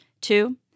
Two